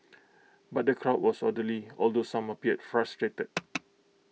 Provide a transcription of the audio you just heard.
but the crowd was orderly although some appeared frustrated